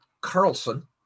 Carlson